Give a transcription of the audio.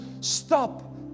stop